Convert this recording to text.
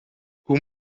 hoe